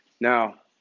Now